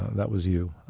that was you,